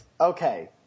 Okay